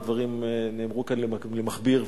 והדברים נאמרו כאן למכביר,